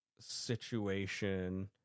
situation